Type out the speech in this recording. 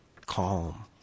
calm